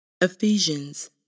Ephesians